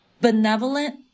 benevolent